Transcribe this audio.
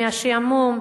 מהשעמום,